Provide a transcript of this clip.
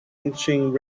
lynchings